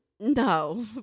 No